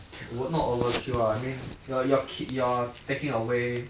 can ove~ not overkill lah I mean you you're ki~ you're taking away